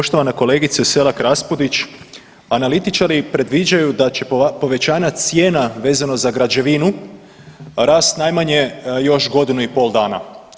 Poštovana kolegice Selak Raspudić, analitičari predviđaju da će povećanja cijena vezano za građevinu rast najmanje još godinu i pol dana.